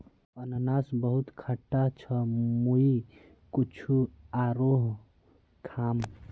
अनन्नास बहुत खट्टा छ मुई कुछू आरोह खाम